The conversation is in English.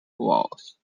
walls